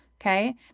Okay